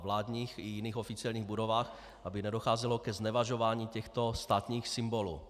A to na vládních i jiných oficiálních budovách, aby nedocházelo ke znevažování těchto státních symbolů.